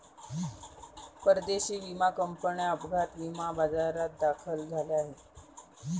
परदेशी विमा कंपन्या अपघात विमा बाजारात दाखल झाल्या आहेत